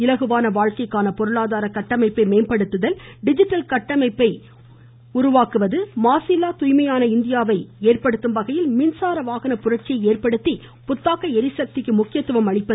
இலகுவான வாழ்க்கைக்கான பொருளாதார கட்டமைப்பை மேம்படுத்துதல் டிஜிட்டல் கட்டமைப்பை மேம்படுத்துவது மாசில்லா துாய்மையான இந்தியாவை உருவாக்கும் வகையில் மின்சார வாகன புரட்சியை ஏற்படுத்தி புத்தாக்க ளிசக்திக்கு முக்கியத்துவம் அளிப்பது